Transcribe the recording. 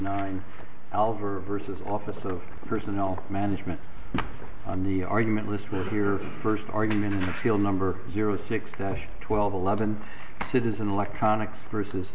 nine alvarez versus office of personnel management on the argument list will hear first argument in the film number zero six twelve eleven citizen electronics versus